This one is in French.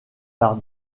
par